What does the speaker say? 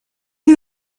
est